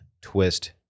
Twist